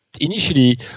initially